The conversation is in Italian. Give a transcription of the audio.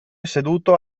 seduto